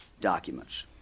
documents